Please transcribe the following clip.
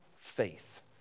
faith